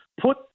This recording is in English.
put